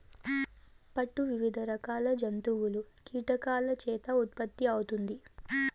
పట్టు వివిధ రకాల జంతువులు, కీటకాల చేత ఉత్పత్తి అవుతుంది